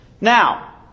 Now